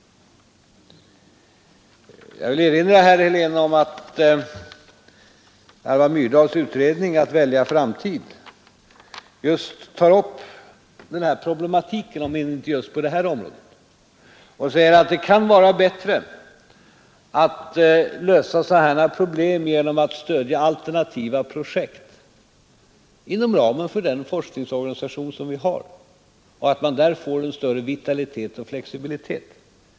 Jag vill erinra herr Helén om att Alva Myrdals utredning i sitt betänkande Att välja framtid just tar upp den här problematiken, om än inte på precis samma område, och säger att det kan vara bättre att lösa sådana problem genom att stödja alternativa projekt innanför den forskningsorganisation som finns, eftersom man där får större vitalitet och flexibilitet.